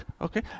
okay